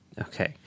Okay